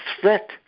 threat